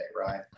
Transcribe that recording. Right